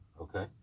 Okay